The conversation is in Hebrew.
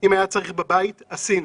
אם היה צריך לעשות בבית, עשינו.